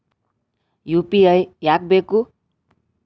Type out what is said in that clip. UPI ಯಾಕ್ ಬೇಕು?